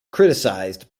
criticised